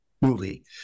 movie